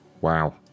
Wow